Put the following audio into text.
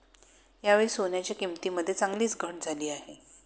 यावेळी सोन्याच्या किंमतीमध्ये चांगलीच घट झाली आहे